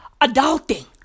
adulting